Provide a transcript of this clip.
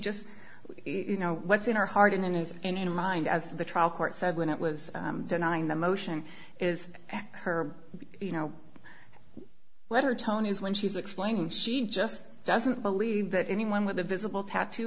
just you know what's in her heart and in his in mind as the trial court said when it was denying the motion is her you know letter tony is when she's explaining she just doesn't believe that anyone with a visible tattoo